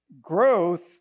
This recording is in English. Growth